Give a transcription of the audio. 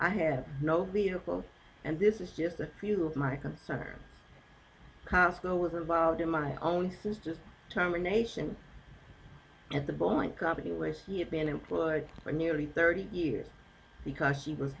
i have no vehicles and this is just a few of my concerns console was involved in my own sense of terminations at the bowling company where he had been employed for nearly thirty years because he was